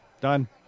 Done